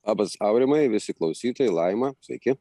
labas aurimai visi klausytojai laima sveiki